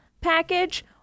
package